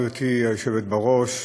גברתי היושבת בראש,